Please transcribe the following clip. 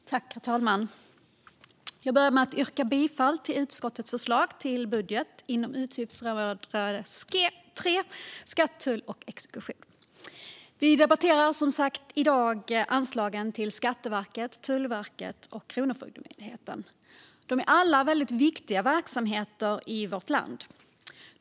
Herr talman! Jag börjar med att yrka bifall till utskottets förslag inom utgiftsområde 3 Skatt, tull och exekution. Vi debatterar i dag anslagen till Skatteverket, Tullverket och Kronofogdemyndigheten. De är alla tre väldigt viktiga verksamheter i vårt land.